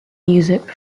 music